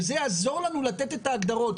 וזה יעזור לנו לתת את ההגדרות.